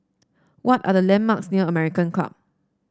what are the landmarks near American Club